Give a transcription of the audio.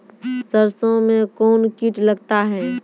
सरसों मे कौन कीट लगता हैं?